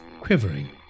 quivering